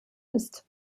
ist